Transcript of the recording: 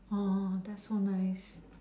oh that's so nice